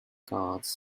cards